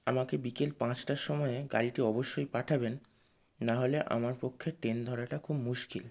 আমাকে বিকেল পাঁচটার সময়ে গাড়িটি অবশ্যই পাঠাবেন নাহলে আমার পক্ষে ট্রেন ধরাটা খুব মুশকিল